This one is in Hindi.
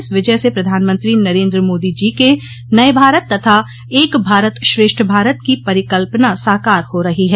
इस विजय से प्रधानमंत्री नरेन्द्र मोदी जी के नये भारत तथा एक भारत श्रेष्ठ भारत की परिकल्पना साकार हो रही है